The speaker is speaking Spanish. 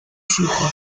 flujo